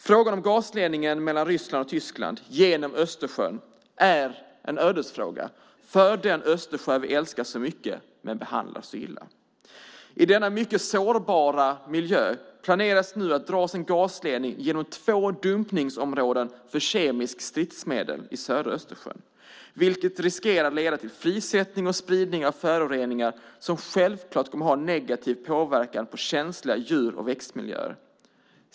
Frågan om gasledningen mellan Ryssland och Tyskland genom Östersjön är en ödesfråga för Östersjön som vi älskar så mycket men som vi behandlar så illa. I denna mycket sårbara miljö planeras det nu för att dra en gasledning genom två dumpningsområden för kemiska stridsmedel i södra Östersjön, vilket riskerar att leda till frisättning och spridning av föroreningar som självklart kommer att negativt påverka känsliga djur och växtmiljöer.